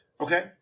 Okay